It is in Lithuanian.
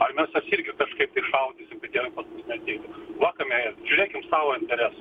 ar mes juos irgi kažkaip tai šaudysim kad jie pas mus neateitų va kame žiūrėkim savo interesų